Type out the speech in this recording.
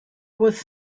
was